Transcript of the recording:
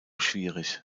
schwierig